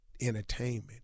entertainment